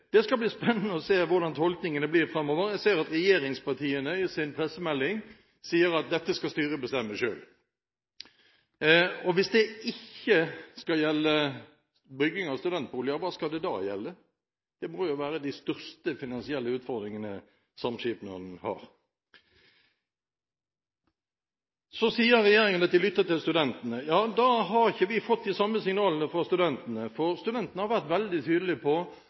Det skal bli spennende å se hvordan tolkningene blir framover. Jeg ser at regjeringspartiene i en pressemelding sier at dette skal styret bestemme selv. Hvis det ikke skal gjelde bygging av studentboliger, hva skal det da gjelde? Det må jo være de største finansielle utfordringene samskipnaden har. Regjeringen sier at de lytter til studentene. Ja, da har ikke vi fått de samme signalene fra studentene, for studentene har vært veldig tydelige på